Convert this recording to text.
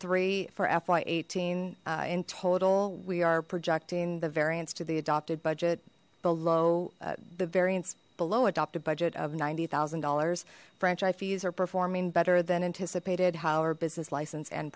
three for fy eighteen in total we are projecting the variance to the adopted budget below the variance below adopted budget of ninety thousand dollars franchisees are performing better than anticipated how our business license and